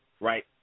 right